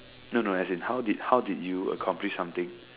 no no as in how did how did you accomplish something